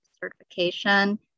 certification